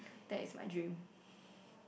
that is my dream